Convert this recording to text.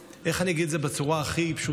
כי, איך אני אגיד את זה בצורה הכי פשוטה?